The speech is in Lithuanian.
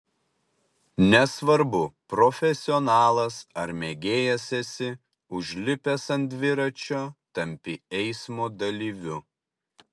nesvarbu profesionalas ar mėgėjas esi užlipęs ant dviračio tampi eismo dalyviu